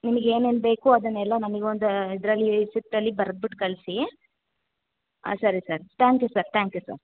ನಿಮ್ಗೆ ಏನೇನು ಬೇಕು ಅದನ್ನೆಲ್ಲಾ ನಮಗೊಂದು ಇದರಲ್ಲಿ ಚಿಟ್ ಅಲ್ಲಿ ಬರೆದ್ಬಿಟ್ ಕಳಿಸಿ ಹಾಂ ಸರಿ sir thank you sir thank you sir